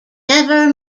never